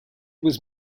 was